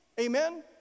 Amen